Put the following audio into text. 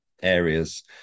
areas